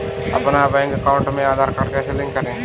अपने bank account में Aadhaar card कैसे लिंक करें?